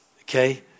Okay